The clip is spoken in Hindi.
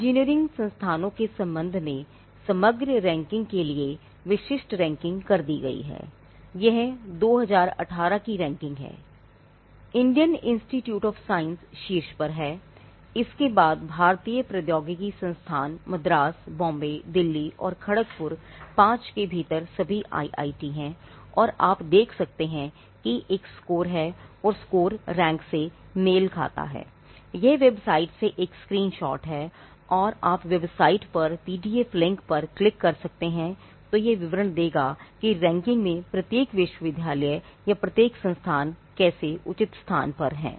इंजीनियरिंग संस्थानों के संबंध में समग्र रैंकिंग के लिए विशिष्ट रैंकिंग में प्रत्येक विश्वविद्यालय या प्रत्येक संस्थान कैसे उचित स्थान पर है